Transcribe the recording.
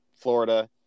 Florida